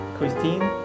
Christine